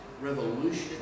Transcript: revolution